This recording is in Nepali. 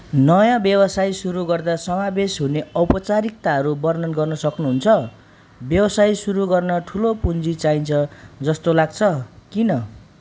नयाँ व्यवसाय सुरु गर्दा समावेश हुने औपचारिकताहरू वर्णन गर्न सक्नुहुन्छ व्यवसाय सुरु गर्न ठुलो पुँजी चाहिन्छ जस्तो लाग्छ किन